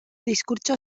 diskurtso